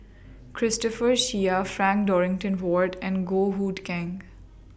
Christopher Chia Frank Dorrington Ward and Goh Hood Keng